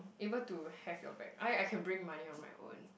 able to have your back I I can bring money on my own